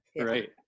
Right